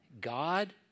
God